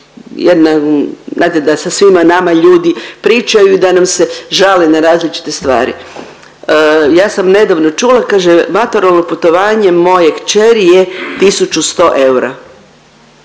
jedna znate da sa svima nama ljudi pričaju i da nam se žale na različite stvari. Ja sam nedavno čula kaže maturalno putovanje moje kćeri je 1.100 eura.